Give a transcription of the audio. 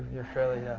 you're fairly